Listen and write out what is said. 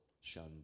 shunned